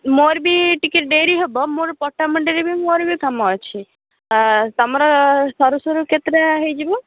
ମୋର ବି ଟିକେ ଡେରି ହେବ ମୋର ପଟାମୁଣ୍ଡେଇରେ ବି ମୋର ବି କାମ ଅଛି ତୁମର ସରୁ ସରୁ କେତେଟା ହେଅଇଯିବ